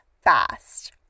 fast